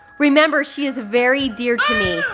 remember, she is very dear to me.